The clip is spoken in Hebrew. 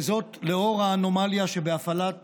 וזאת לנוכח האנומליה שבהפעלת